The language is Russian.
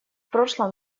прошлом